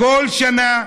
כל שנה,